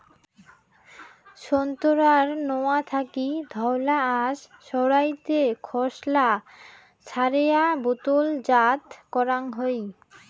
সোন্তোরার নোয়া থাকি ধওলা আশ সারাইতে খোসলা ছারেয়া বোতলজাত করাং হই